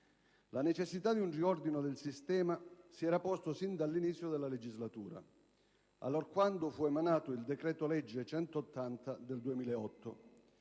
La necessità di un riordino del sistema si era posta sin dall'inizio della legislatura, allorquando fu emanato il decreto‑legge n. 180 del 2008,